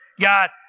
God